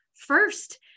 first